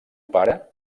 pare